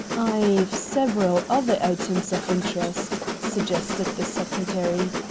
i've several other items of interest, suggested the secretary.